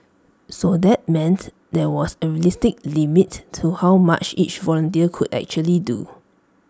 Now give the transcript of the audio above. so that meant there was A realistic limit to how much each volunteer could actually do